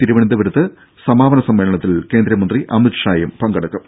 തിരുവനന്തപുരത്ത് സമാപന സമ്മേളനത്തിൽ കേന്ദ്രമന്ത്രി അമിത് ഷാ പങ്കെടുക്കും